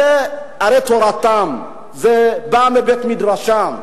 זו הרי תורתם, זה בא מבית-מדרשם.